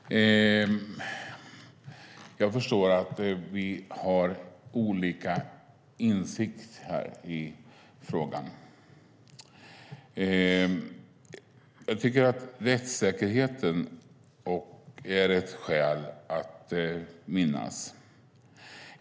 Fru talman! Jag förstår att vi har olika insikt i frågan. Jag tycker att rättssäkerheten är ett skäl att minnas.